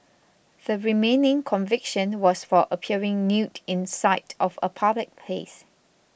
the remaining conviction was for appearing nude in sight of a public place